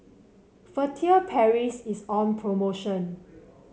Furtere Paris is on promotion